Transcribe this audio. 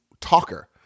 talker